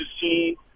see